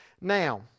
Now